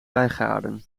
bijgaarden